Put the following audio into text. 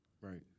Right